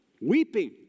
weeping